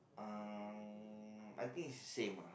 uh I think it's the same ah